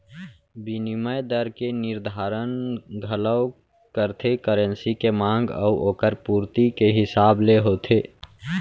बिनिमय दर के निरधारन घलौ करथे करेंसी के मांग अउ ओकर पुरती के हिसाब ले होथे